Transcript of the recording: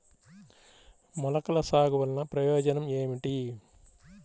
మొలకల సాగు వలన ప్రయోజనం ఏమిటీ?